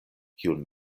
kiun